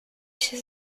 się